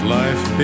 life